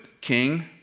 King